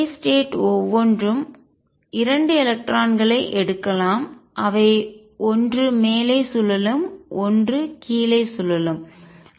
இந்த k state நிலை ஒவ்வொன்றும் 2 எலக்ட்ரான்களை எடுக்கலாம் அவை ஒன்று மேலே சுழலும் ஒன்று கீழே சுழலும்